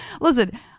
listen